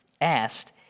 asked